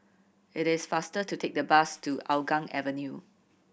it is faster to take the bus to Hougang Avenue